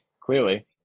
clearly